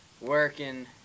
working